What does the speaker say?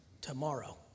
tomorrow